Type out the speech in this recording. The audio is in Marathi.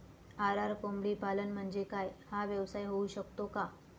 आर.आर कोंबडीपालन म्हणजे काय? हा व्यवसाय होऊ शकतो का?